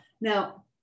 now